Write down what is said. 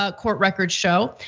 ah court records show.